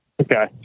Okay